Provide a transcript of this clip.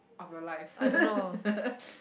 of your life